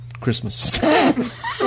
Christmas